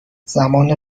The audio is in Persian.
زمان